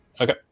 okay